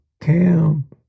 Cam